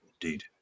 Indeed